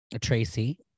tracy